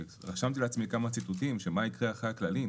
רשמתי לעצמי כמה ציטוטים של "מה יקרה אחרי הכללים",